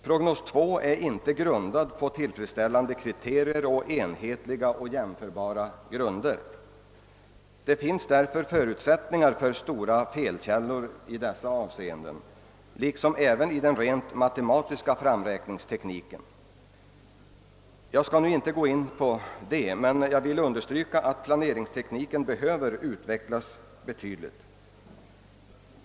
Prognos 2 är inte grundad på tillfredsställande kriterier och enhetliga och jämförbara grunder. Det finns därför förutsättningar för stora felkällor i dessa avseenden liksom i den rent matematiska framräkningstekniken. Jag skall nu inte gå in på detta, men jag vill understryka att planeringstekniken behöver utvecklas betydligt.